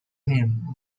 hime